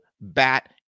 bat